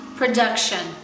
production